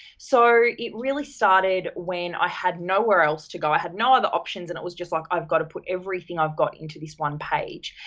so, it really started when i had nowhere else to go, i had no other options and i was just like i've got to put everything i've got into this one page.